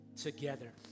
together